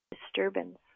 disturbance